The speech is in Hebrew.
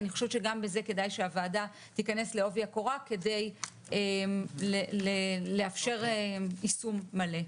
אני חושבת שגם בזה כדאי שהוועדה תיכנס לעובי הקורה כדי לאפשר יישום מלא.